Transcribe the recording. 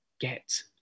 get